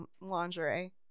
lingerie